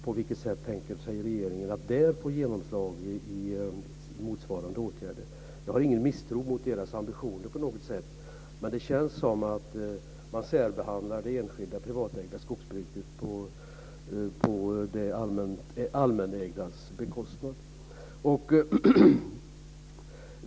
På vilket sätt tänker sig regeringen att där få genomslag för motsvarande åtgärder? Jag har ingen misstro mot deras ambitioner på något sätt, men det känns som att man särbehandlar det allmänägda skogsbruket på det enskilda, privatägda skogsbrukets bekostnad.